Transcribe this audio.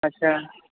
अच्छा